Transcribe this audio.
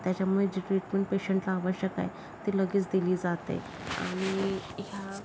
त्याच्यामुळे जी ट्रीटमेंट पेशंटला आवश्यक आहे ती लगेच दिली जाते आणि ह्या